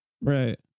Right